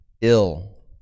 ill